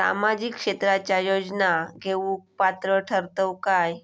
सामाजिक क्षेत्राच्या योजना घेवुक पात्र ठरतव काय?